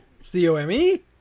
C-O-M-E